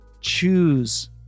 choose